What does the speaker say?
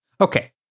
Okay